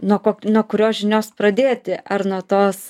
nuo ko nuo kurios žinios pradėti ar nuo tos